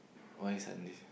why Sunday